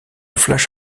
flash